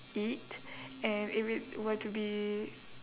eat and if it were to be